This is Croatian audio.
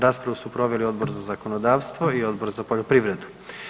Raspravu su proveli Odbor za zakonodavstvo i Odbor za poljoprivredu.